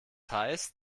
heißt